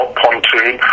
pontoon